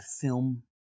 film